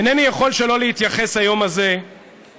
אינני יכול שלא להתייחס היום הזה לדברים,